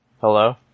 Hello